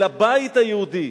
של הבית היהודי.